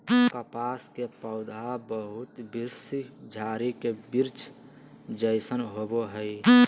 कपास के पौधा बहुवर्षीय झारी के वृक्ष जैसन होबो हइ